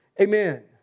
Amen